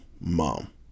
mom